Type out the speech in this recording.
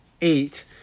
eight